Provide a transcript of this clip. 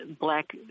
black